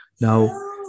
Now